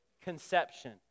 conception